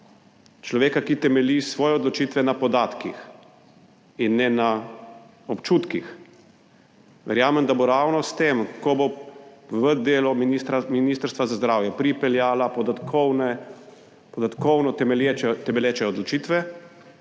človeka, ki temelji svoje odločitve na podatkih in ne na občutkih, verjamem, da bo ravno s tem ko bo v delo ministra ministrstva za zdravje pripeljala podatkovno temelječe odločitve